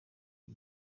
iyi